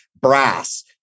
Brass